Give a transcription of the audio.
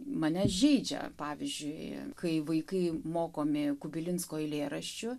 mane žeidžia pavyzdžiui kai vaikai mokomi kubilinsko eilėraščių